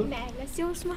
meilės jausmą